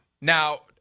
Now